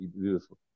Beautiful